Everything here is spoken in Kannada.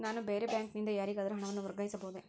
ನಾನು ಬೇರೆ ಬ್ಯಾಂಕ್ ನಿಂದ ಯಾರಿಗಾದರೂ ಹಣವನ್ನು ವರ್ಗಾಯಿಸಬಹುದೇ?